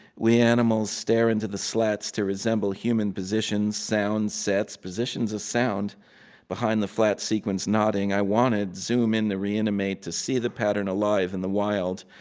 we animals stare into the slats to resemble human positions, sounds, sets, positions of sound behind the flat sequence, nodding. i wanted zoom in the reanimate to see the pattern alive in the wild.